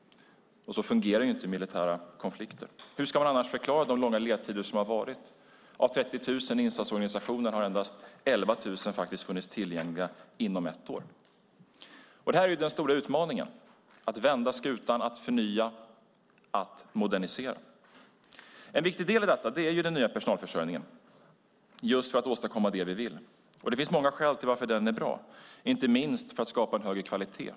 Så fungerar inte militära konflikter. Hur ska man annars förklara de långa ledtider som har varit? Av 30 000 insatsorganisationer har endast 11 000 funnits tillgängliga inom ett år. Detta är den stora utmaningen: att vända skutan, förnya och modernisera. En viktig del i detta är den nya personalförsörjningen, just för att åstadkomma det vill. Det finns många skäl till varför den är bra inte minst för att skapa en högre kvalitet.